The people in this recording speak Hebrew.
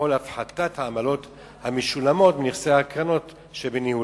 לפעול להפחתת העמלות המשולמות מנכסי הקרנות שבניהולם.